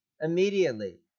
immediately